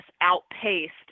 outpaced